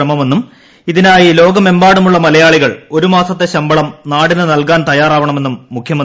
ശ്രമമെന്നും ഇതിനായി ലോകമെമ്പാടുമുള്ള മലയാളികൾ ഒരുമാസത്തെ ശമ്പളം നാടിന് നൽകാൻ തയ്യാറാവണമെന്നും മുഖ്യമന്ത്രി പിണറായി വിജയൻ